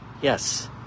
yes